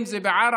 אם זה בערערה,